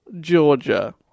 Georgia